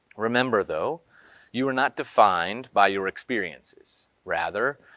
remember though you are not defined by your experiences. rather,